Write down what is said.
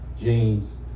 James